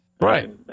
right